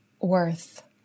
Worth